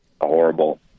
horrible